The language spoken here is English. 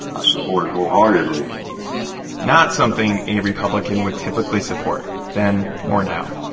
i support it wholeheartedly not something a republican would typically support then or now.